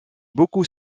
beaucoup